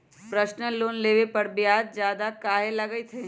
Personal loan लेबे पर ब्याज ज्यादा काहे लागईत है?